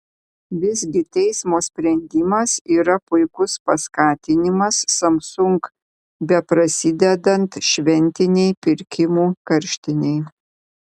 visgi teismo sprendimas yra puikus paskatinimas samsung beprasidedant šventinei pirkimų karštinei